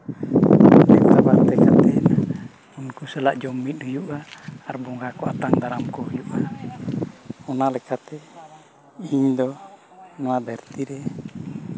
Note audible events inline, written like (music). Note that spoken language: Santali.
(unintelligible) ᱜᱟᱛᱮ ᱠᱟᱛᱮᱫ ᱩᱱᱠᱩ ᱥᱟᱞᱟᱜ ᱡᱚᱢ ᱢᱤᱫ ᱦᱩᱭᱩᱜᱼᱟ ᱟᱨ ᱵᱚᱸᱜᱟ ᱠᱚ ᱟᱛᱟᱝ ᱫᱟᱨᱟᱢ ᱠᱚ ᱦᱩᱭᱩᱜᱼᱟ ᱚᱱᱟ ᱞᱮᱠᱟᱛᱮ ᱤᱧᱫᱚ ᱱᱚᱣᱟ ᱫᱷᱟᱹᱨᱛᱤ ᱨᱮ